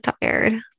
tired